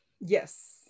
Yes